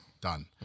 done